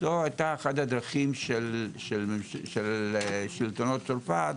זו היתה אחת הדרכים של שלטונות צרפת